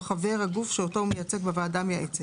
חבר הגוף שאותו הוא מייצג בוועדה המייעצת.